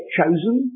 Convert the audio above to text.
chosen